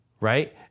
Right